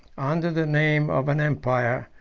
under the name of an empire,